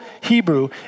Hebrew